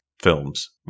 Films